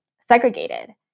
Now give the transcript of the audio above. segregated